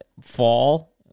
fall